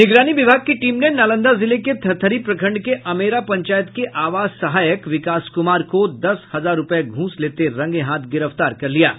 निगरानी विभाग की टीम ने नालंदा जिले के थरथरी प्रखंड के अमेरा पंचायत के आवास सहायक विकास कुमार को दस हजार रूपये घूस लेते रंगे हाथ गिरफ्तार कर लिया है